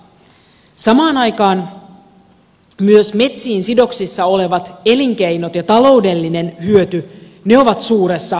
samaan aikaan myös metsiin sidoksissa olevat elinkeinot ja taloudellinen hyöty ovat suuressa murroksessa